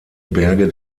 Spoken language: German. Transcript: berge